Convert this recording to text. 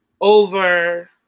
over